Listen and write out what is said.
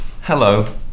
hello